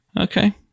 Okay